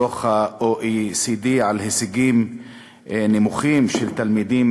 דוח ה-OECD על הישגים נמוכים של תלמידים